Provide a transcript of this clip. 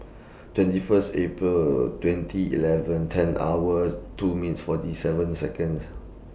twenty First April twenty eleven ten hours two minutes forty seven Seconds